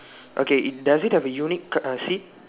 okay it does it have a unique car seat